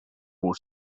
four